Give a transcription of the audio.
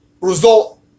result